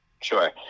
Sure